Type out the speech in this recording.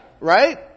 right